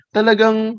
Talagang